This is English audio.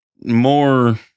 more